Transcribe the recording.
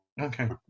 okay